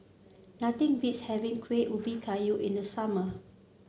nothing beats having Kuih Ubi Kayu in the summer